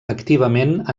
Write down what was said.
activament